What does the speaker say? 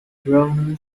browner